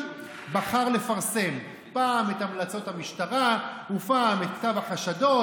הוא בחר לפרסם פעם את המלצות המשטרה ופעם את כתב החשדות,